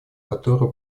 которые